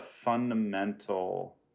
fundamental